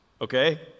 okay